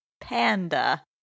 Panda